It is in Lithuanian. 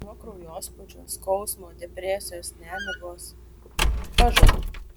nuo kraujospūdžio skausmo depresijos nemigos pažadu